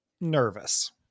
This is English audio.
nervous